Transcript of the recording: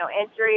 injuries